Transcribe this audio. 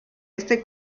este